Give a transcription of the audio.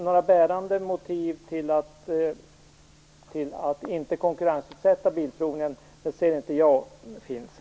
Några bärande motiv för att inte konkurrensutsätta Bilprovningen ser jag inte att det finns.